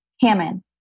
Hammond